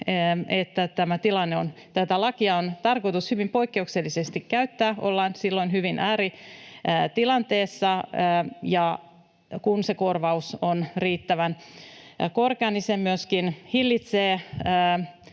että tätä lakia on tarkoitus käyttää hyvin poikkeuksellisesti, silloin ollaan hyvin ääritilanteessa. Ja kun se korvaus on riittävän korkea, niin se myöskin hillitsee